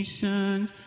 sons